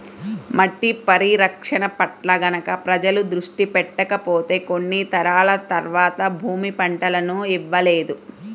మట్టి పరిరక్షణ పట్ల గనక ప్రజలు దృష్టి పెట్టకపోతే కొన్ని తరాల తర్వాత భూమి పంటలను ఇవ్వలేదు